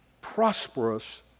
prosperous